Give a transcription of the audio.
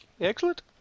Excellent